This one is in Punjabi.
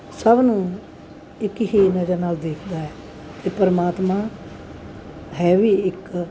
ਸਭ ਨੂੰ ਇੱਕ ਹੀ ਨਜ਼ਰ ਨਾਲ ਦੇਖਦਾ ਹੈ ਅਤੇ ਪਰਮਾਤਮਾ ਹੈ ਵੀ ਇੱਕ